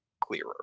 clearer